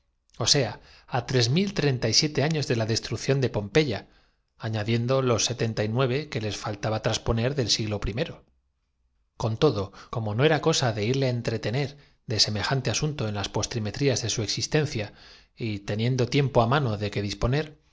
ó sea á treinta y siete años de la destrucción de pompeya añadiendo meditabundo los setenta y que les faltaba trasponer del siglo primero entonces vamos á despeñarnos sobre la tierra si la con todo como no era cosa de irle á entretener de semejante asunto en las postrimerías de su existencia corriente no se estableceadujo luís sin embargoobjetó el políglotano nos move y teniendo tiempo á mano de que disponer